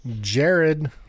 Jared